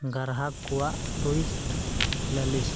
ᱜᱨᱟᱦᱚᱠ ᱠᱚᱣᱟᱜ ᱴᱩᱭᱤᱴ ᱞᱟᱹᱞᱤᱥ